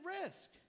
risk